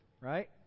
right